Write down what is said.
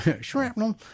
Shrapnel